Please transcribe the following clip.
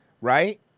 right